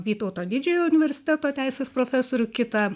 vytauto didžiojo universiteto teisės profesorių kitą